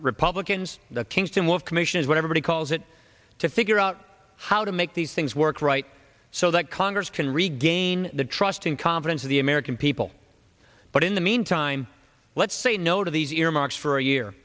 republicans the kingston with commissions whatever he calls it to figure out how to make these things work right so that congress can regain the trust and confidence of the american people but in the meantime let's say no to these earmarks for a year